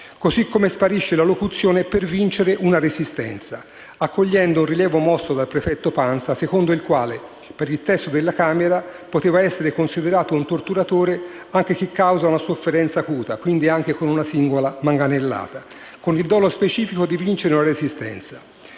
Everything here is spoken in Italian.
così come sparisce la locuzione «per vincere una resistenza», accogliendo un rilievo mosso dal prefetto Pansa, secondo il quale per il testo della Camera poteva essere considerato un torturatore anche chi «causa una sofferenza acuta» (quindi anche con una singola manganellata), con il dolo specifico di «vincere una resistenza».